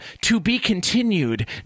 to-be-continued